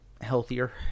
Healthier